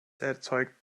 erzeugt